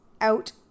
out